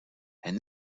and